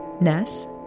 ness